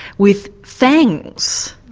with fangs.